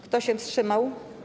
Kto się wstrzymał?